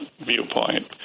viewpoint